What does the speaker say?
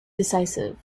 decisive